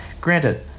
Granted